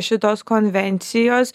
šitos konvencijos